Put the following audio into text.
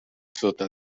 sota